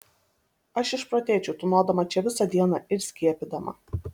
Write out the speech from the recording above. aš išprotėčiau tūnodama čia visą dieną ir skiepydama